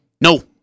No